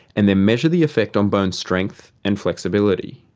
and then measure the effect on bone strength and flexibility.